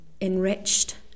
enriched